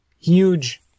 Huge